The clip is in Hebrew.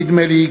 נדמה לי,